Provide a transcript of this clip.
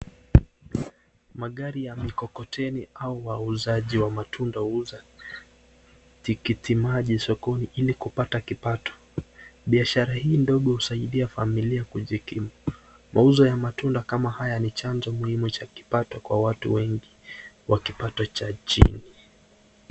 Magari ya mikokoteni au wauzaji wa matunda uuza tikitimaji sokoni ilikupata kipato, biashara hii ndongo usaidia familia kujikimu mauzo ya mandunga haya ni chanzo za kipato kwa watu wengi wakipato cha chini.